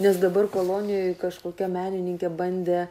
nes dabar kolonijoj kažkokia menininkė bandė